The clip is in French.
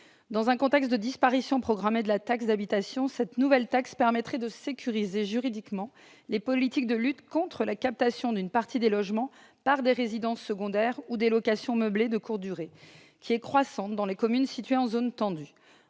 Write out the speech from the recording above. Dans un contexte de disparition programmée de la taxe d'habitation, cette nouvelle taxe permettrait de sécuriser juridiquement les politiques de lutte contre la captation d'une partie des logements par des résidences secondaires ou des locations meublées de courte durée, captation croissante dans les communes situées en zone tendue.